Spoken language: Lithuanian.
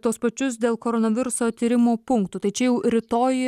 tuos pačius dėl koronaviruso tyrimų punktų tai čia jau rytoj